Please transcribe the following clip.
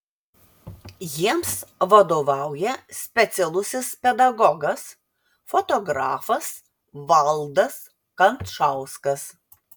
jiems vadovauja specialusis pedagogas fotografas valdas kančauskas